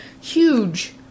huge